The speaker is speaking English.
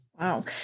wow